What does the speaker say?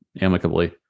amicably